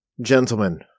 Gentlemen